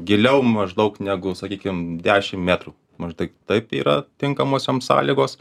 giliau maždaug negu sakykim dešim metrų maždai taip yra tinkamos jom sąlygos